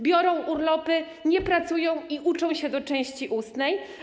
Biorą urlopy, nie pracują i uczą się do części ustnej.